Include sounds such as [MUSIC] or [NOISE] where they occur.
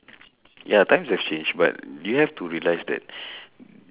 ya times have changed but you have to realise that [BREATH]